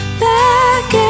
back